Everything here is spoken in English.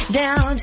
down